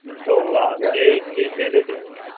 so yeah they visited,